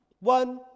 one